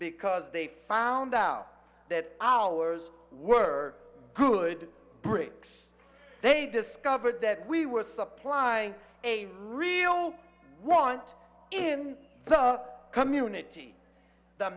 because they found out that ours were good bricks they discovered that we were supplying a real want in the community the